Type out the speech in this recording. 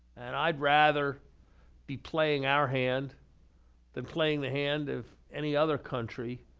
and i'd rather be playing our hand than playing the hand of any other country